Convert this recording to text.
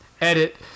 Edit